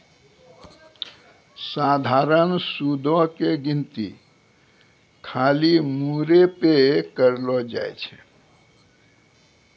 सधारण सूदो के गिनती खाली मूरे पे करलो जाय छै